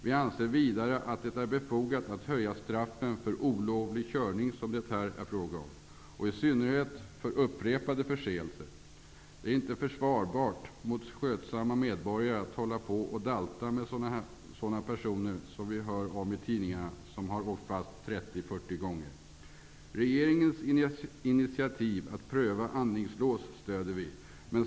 Vi anser vidare att det är befogat att höja straffen för olovlig körning, som det här är fråga om, i synnerhet för upprepade förseelser. Det är inte försvarbart mot skötsamma medborgare att hålla på och dalta med sådana personer som vi hör talas om i tidningarna som har åkt fast 30--40 gånger. Regeringens initiativ att pröva andningslås stöder vi.